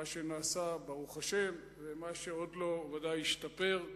מה שנעשה, ברוך השם, ומה שעוד לא, ודאי ישתפר.